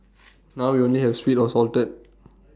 now we only have sweet or salted